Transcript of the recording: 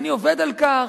אני עובד על כך,